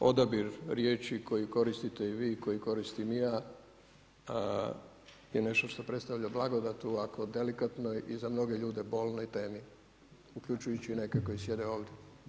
I odabir riječi koji koristite i vi i koje koristim i ja je nešto što predstavlja blagodat u ovako delikatnoj i za mnoge ljude bolnoj temi uključujući i neke koji sjede ovdje.